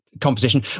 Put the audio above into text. composition